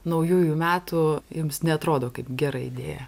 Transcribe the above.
naujųjų metų jums neatrodo kaip gera idėja